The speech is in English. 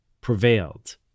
prevailed